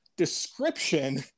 description